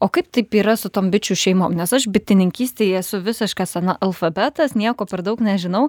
o kaip taip yra su tom bičių šeimom nes aš bitininkystėj esu visiškas analfabetas nieko per daug nežinau